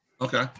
Okay